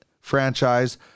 Franchise